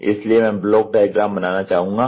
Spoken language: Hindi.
इसलिए मैं ब्लॉक डायग्राम बनाना चाहूंगा